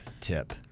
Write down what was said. tip